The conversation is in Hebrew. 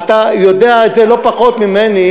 אתה יודע את זה לא פחות ממני,